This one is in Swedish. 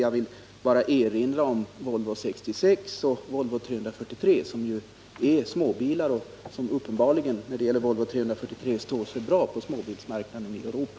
Jag vill bara erinra om Volvo 66 och Volvo 343 som är småbilar och som uppenbarligen — inte minst när det gäller Volvo 343 — står sig bra på småbilsmarknaden i Europa.